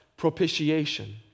Propitiation